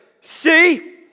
see